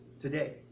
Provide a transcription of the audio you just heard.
today